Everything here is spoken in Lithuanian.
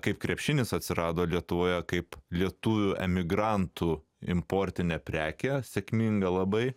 kaip krepšinis atsirado lietuvoje kaip lietuvių emigrantų importinę prekę sėkmingą labai